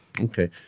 Okay